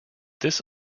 this